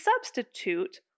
substitute